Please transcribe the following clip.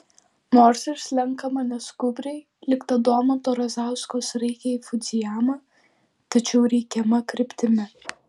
nors ir slenkama neskubriai lyg ta domanto razausko sraigė į fudzijamą tačiau reikiama kryptimi